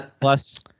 plus